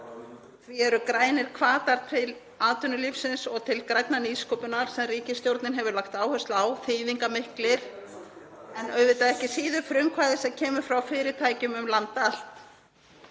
Því eru grænir hvatar til atvinnulífsins og til grænnar nýsköpunar sem ríkisstjórnin hefur lagt áherslu á þýðingarmiklir en auðvitað ekki síður frumkvæði sem kemur frá fyrirtækjum um land